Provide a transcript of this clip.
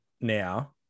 now